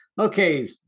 Okay